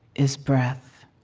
is breath